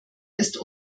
ist